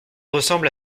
ressemble